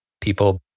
people